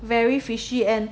very fishy and